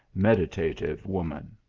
meditative woman.